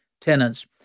tenants